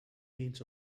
means